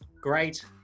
great